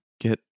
get